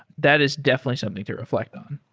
that is definitely something to reflect on.